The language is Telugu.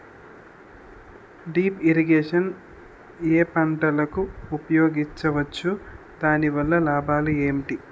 డ్రిప్ ఇరిగేషన్ ఏ పంటలకు ఉపయోగించవచ్చు? దాని వల్ల లాభాలు ఏంటి?